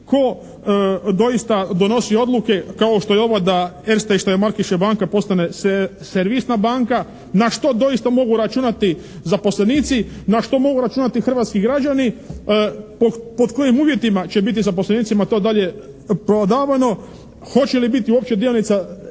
tko doista donosi odluke kao što je ova da Erste&Steiermärkische banka postane servisna banka, na što doista mogu računati zaposlenici, na što mogu računati hrvatski građani, pod kojim uvjetima će biti zaposlenicima to dalje prodavano, hoće li biti uopće dionica ikome